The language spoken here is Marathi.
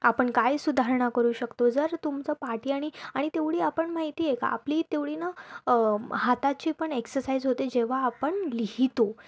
आपण काय सुधारणा करू शकतो जर तुमचं पाटी आणि आणि तेवढी आपण माहिती आहे का आपली तेवढी ना हाताची पण एक्ससाईज होते जेव्हा आपण लिहितो